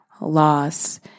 loss